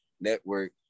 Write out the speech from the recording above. network